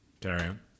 Darian